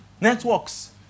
networks